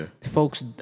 folks